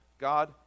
God